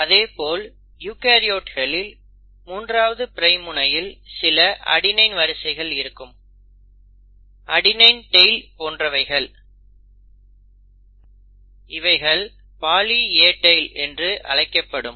அதேபோல் யூகரியோட்ஸ்களில் 3 ஆவது பிரைம் முனையில் சில அடெனின் வரிசைகள் இருக்கும் அடெனின் டெய்ல் போன்றவைகள் இவைகள் பாலி A டெய்ல் என்றும் அழைக்கப்படும்